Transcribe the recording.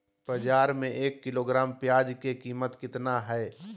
बाजार में एक किलोग्राम प्याज के कीमत कितना हाय?